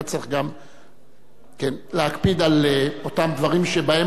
אתה צריך גם להקפיד על אותם דברים שבהם